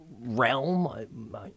Realm